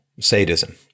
sadism